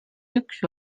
üks